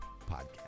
podcast